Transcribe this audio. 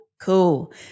Cool